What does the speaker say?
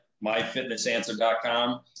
MyFitnessAnswer.com